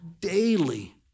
daily